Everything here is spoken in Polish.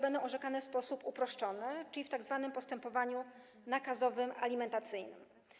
Będzie to orzekane w sposób uproszczony, czyli w tzw. postępowaniu nakazowym alimentacyjnym.